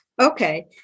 Okay